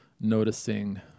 noticing